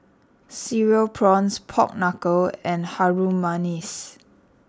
Cereal Prawns Pork Knuckle and Harum Manis